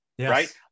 right